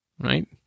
Right